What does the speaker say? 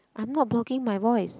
I'm not blocking my voice